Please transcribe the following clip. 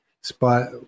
spot